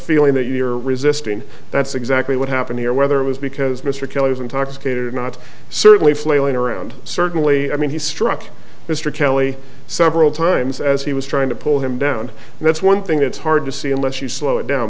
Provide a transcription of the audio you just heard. feeling that you're resisting that's exactly what happened here whether it was because mr kelly was intoxicated or not certainly flailing around certainly i mean he struck mr kelly several times as he was trying to pull him down and that's one thing it's hard to see unless you slow it down